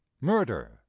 murder